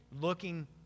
looking